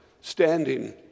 standing